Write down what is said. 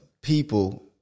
people